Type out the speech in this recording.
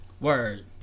Word